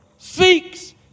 seeks